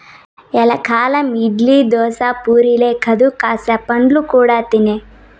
ఎల్లకాలం ఇడ్లీ, దోశ, పూరీలే కాదు కాస్త పండ్లు కూడా తినే